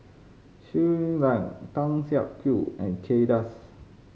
Shui Lan Tan Siak Kew and Kay Das